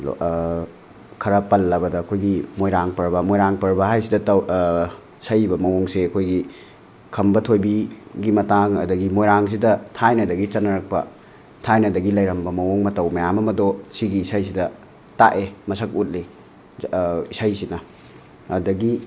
ꯈꯔ ꯄꯜꯂꯕꯗ ꯑꯩꯈꯣꯏꯒꯤ ꯃꯣꯏꯔꯥꯡ ꯄꯔꯕ ꯃꯣꯏꯔꯥꯡ ꯄꯔꯕ ꯍꯥꯏꯁꯤꯗ ꯇꯧ ꯁꯛꯏꯕ ꯃꯑꯣꯡꯁꯦ ꯑꯩꯈꯣꯏꯒꯤ ꯈꯝꯕ ꯊꯣꯏꯕꯤꯒꯤ ꯃꯇꯥꯡ ꯑꯗꯒꯤ ꯃꯣꯏꯔꯥꯡꯁꯤꯗ ꯊꯥꯏꯅꯗꯒꯤ ꯆꯠꯅꯔꯛꯄ ꯊꯥꯏꯅꯗꯒꯤ ꯂꯩꯔꯝꯕ ꯃꯑꯣꯡ ꯃꯇꯧ ꯃꯌꯥꯝ ꯑꯃꯗꯣ ꯁꯤꯒꯤ ꯏꯁꯩꯁꯤꯗ ꯇꯥꯛꯑꯦ ꯃꯁꯛ ꯎꯠꯂꯤ ꯏꯁꯩꯁꯤꯅ ꯑꯗꯒꯤ